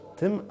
tym